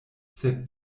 sed